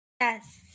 Yes